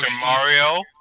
Mario